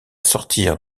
sortir